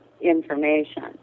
information